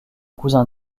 cousin